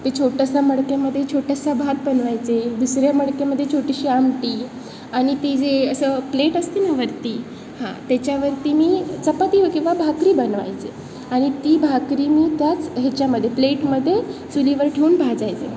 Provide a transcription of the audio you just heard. ते छोट्याशा मडक्यामध्ये छोटासा भात बनवायचे दुसऱ्या मडक्यामध्ये छोटीशी आमटी आणि ती जे असं प्लेट असते नं वरती हां त्याच्यावरती मी चपाती किंवा भाकरी बनवायचे आणि ती भाकरी मी त्याच ह्याच्यामध्ये प्लेटमध्ये चुलीवर ठेवून भाजायचे